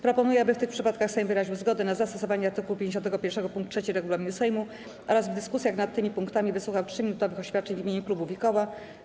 Proponuję, aby w tych przypadkach Sejm wyraził zgodę na zastosowanie art. 51 pkt 3 regulaminu Sejmu oraz w dyskusjach nad tymi punktami wysłuchał 3-minutowych oświadczeń w imieniu klubów i koła.